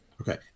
Okay